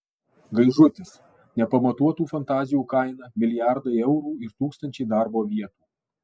gaižutis nepamatuotų fantazijų kaina milijardai eurų ir tūkstančiai darbo vietų